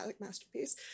masterpiece